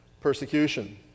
persecution